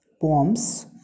poems